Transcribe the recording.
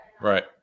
right